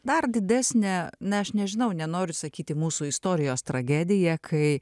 dar didesnę na aš nežinau nenoriu sakyti mūsų istorijos tragedija kai